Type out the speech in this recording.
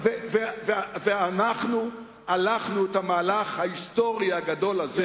אנחנו הלכנו את המהלך ההיסטורי הגדול הזה